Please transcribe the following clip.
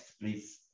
please